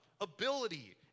ability